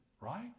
right